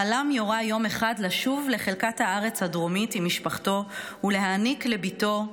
חלם יוראי יום אחד לשוב לחלקת הארץ הדרומית עם משפחתו ולהעניק לבתו,